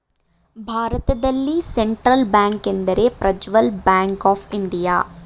ಭಾರತದಲ್ಲಿ central bank ಎಂದರೆ Prajwal bank of India